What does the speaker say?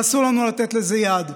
אסור לנו לתת לזה יד.